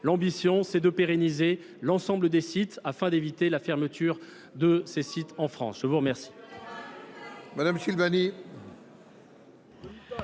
L'ambition, c'est de pérenniser l'ensemble des sites afin d'éviter la fermeture de ces sites en France. Je vous remercie.